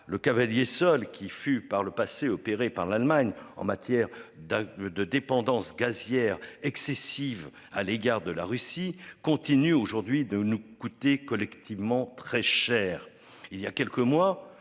le cavalier seul qui fut par le passé opéré par l'Allemagne en matière d'de dépendance gazière excessive à l'égard de la Russie continue aujourd'hui de nous coûter collectivement très cher